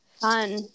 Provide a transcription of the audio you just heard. Fun